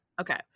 okay